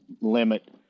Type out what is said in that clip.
limit